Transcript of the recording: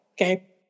Okay